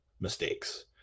mistakes